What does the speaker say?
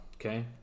Okay